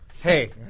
Hey